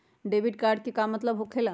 Debit card के का मतलब होकेला?